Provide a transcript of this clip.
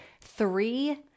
three